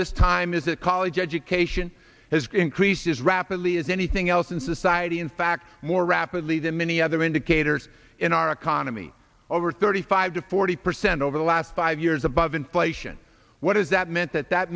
this time is a college education as increases rapidly as anything else in society in fact more rapidly than many other indicators in our economy over thirty five to forty percent over the last five years above inflation what does that meant that that